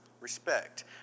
Respect